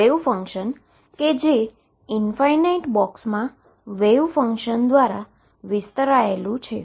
wave function કે જે infinite બોક્સમા વેવ ફંક્શન દ્વારા વિસ્તરાયેલું છે